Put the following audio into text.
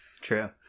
True